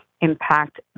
impact